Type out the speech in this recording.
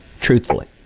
truthfully